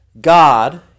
God